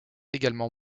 également